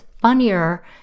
funnier